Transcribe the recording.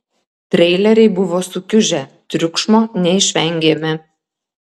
treileriai buvo sukiužę triukšmo neišvengėme